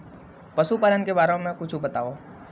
पशुपालन के बारे मा कुछु बतावव?